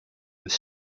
with